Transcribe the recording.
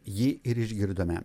jį ir išgirdome